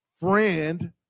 friend